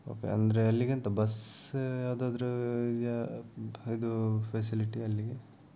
okay ಅಂದರೆ ಅಲ್ಲಿಗೆಂಥ bus ಯಾವುದಾದ್ರೂ ಇದೆಯಾ ಇದು ಫೆಸಿಲಿಟಿ ಅಲ್ಲಿಗೆ